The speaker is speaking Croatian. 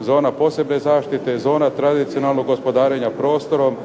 Zona posebne zaštite, zona tradicionalnog gospodarenja prostorom,